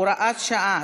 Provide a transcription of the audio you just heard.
הוראת שעה),